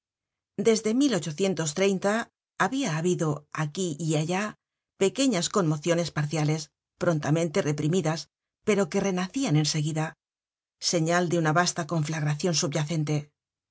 convertía en ebullicion desde habia habido aquí y allá pequeñas conmociones parciales prontamente reprimidas pero que renacian en seguida señal de una vasta conflagracion subyacente